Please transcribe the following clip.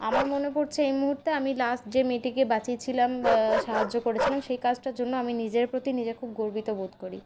আমার মনে পড়ছে এই মুহূর্তে আমি লাস্ট যে মেয়েটিকে বাঁচিয়েছিলাম সাহায্য করেছিলাম সেই কাজটার জন্য আমি নিজের প্রতি নিজে খুব গর্বিত বোধ করি